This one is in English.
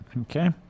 Okay